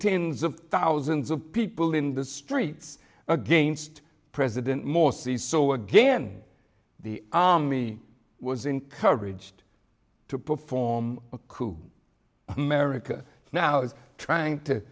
tens of thousands of people in the streets against president morsi so again the army was encouraged to perform a coup america now is trying to